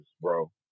bro